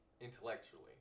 intellectually